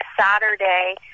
Saturday